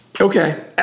Okay